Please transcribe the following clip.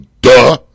duh